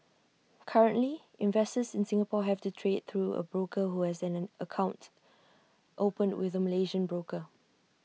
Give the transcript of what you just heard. currently investors in Singapore have to trade through A broker who has an account opened with A Malaysian broker